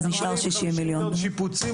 אז נשאר 60 מיליון שקל.